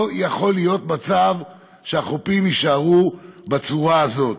לא יכול להיות מצב שהחופים יישארו בצורה הזאת.